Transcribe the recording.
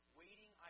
waiting